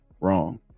wrong